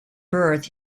birth